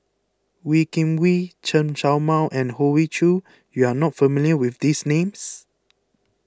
Wee Kim Wee Chen Show Mao and Hoey Choo you are not familiar with these names